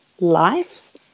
life